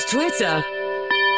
Twitter